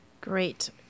Great